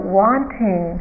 wanting